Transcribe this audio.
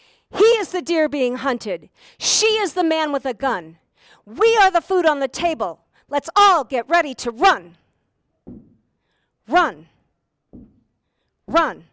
is the deer being hunted she is the man with the gun we are the food on the table let's all get ready to run run run